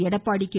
Edappadi K